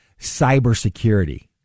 cybersecurity